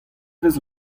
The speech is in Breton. vez